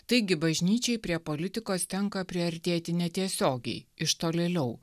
taigi bažnyčiai prie politikos tenka priartėti netiesiogiai iš tolėliau